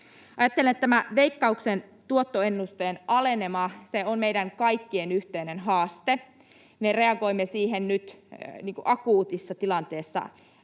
Ajattelen, että tämä Veikkauksen tuottoennusteen alenema on meidän kaikkien yhteinen haaste. Me reagoimme siihen nyt akuutissa tilanteessa